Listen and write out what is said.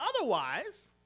otherwise